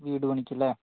വീടു പണിക്ക് അല്ലേ